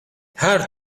her